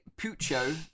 Pucho